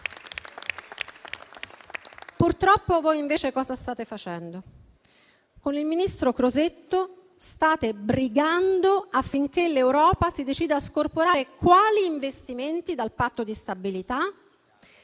Purtroppo, invece, cosa state facendo? Con il ministro Crosetto state brigando affinché l'Europa si decida a scorporare quali investimenti dal patto di stabilità?